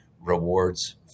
rewards